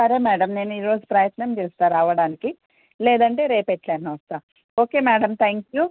సరే మ్యాడమ్ నేను ఈరోజు ప్రయత్నం చేస్తాను రావడానికి లేదంటే రేపు ఎట్ల అయిన వస్తాను ఓకే మ్యాడమ్ థ్యాంక్ యూ